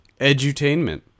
Edutainment